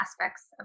aspects